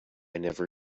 never